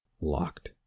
Locked